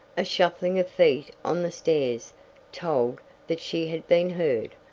a shuffling of feet on the stairs told that she had been heard,